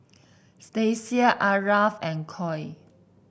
Stasia Aarav and Cole